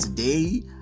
Today